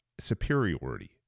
superiority